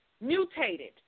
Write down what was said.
mutated